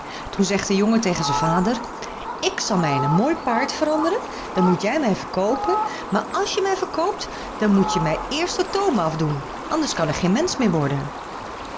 toen zegt de jongen tegen zijn vader ik zal mij in een mooi paard veranderen dan moet je mij verkoopen maar als je mij verkoopt dan moet je mij eerst den toom af doen anders kan ik geen mensch meer worden